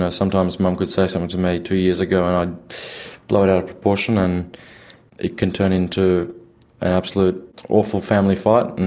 ah sometimes mum could say something to me two years ago and i'd blow it out of proportion and it can turn into an absolute awful family fight.